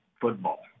football